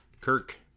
Kirk